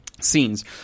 scenes